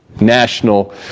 national